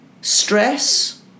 stress